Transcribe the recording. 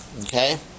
okay